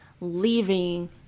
leaving